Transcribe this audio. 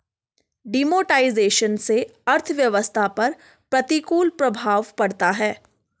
demonetisation से अर्थव्यवस्था पर प्रतिकूल प्रभाव पड़ता है